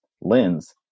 lens